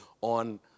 on